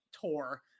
tour